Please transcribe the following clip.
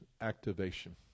activation